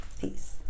peace